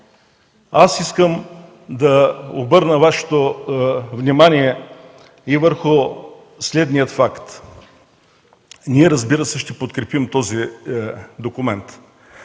Искам да обърна Вашето внимание и върху следния факт. Разбира се, ние ще подкрепим този документ,